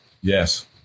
Yes